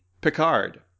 Picard